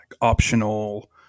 optional